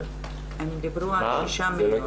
אבל הם דיברו על שישה מיליון.